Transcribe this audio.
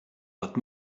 but